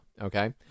Okay